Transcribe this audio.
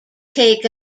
take